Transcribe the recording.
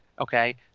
okay